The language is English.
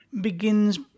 begins